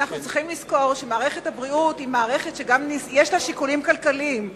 אנו צריכים לזכור שלמערכת הבריאות יש שיקולים כלכליים,